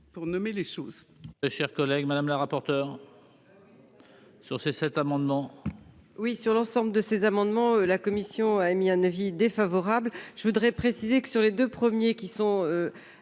pour nommer les choses.